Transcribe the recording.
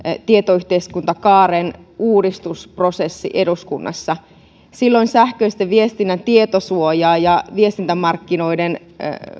tietoyhteiskuntakaaren uudistusprosessi eduskunnassa silloin sähköisen viestinnän tietosuojaa ja viestintämarkkinoiden